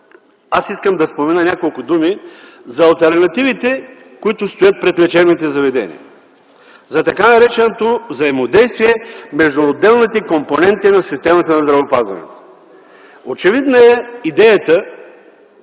аз искам да спомена няколко думи за алтернативите, които стоят пред лечебните заведения, за така нареченото взаимодействие между отделните компоненти на системата на здравеопазването. Очевидна е идеята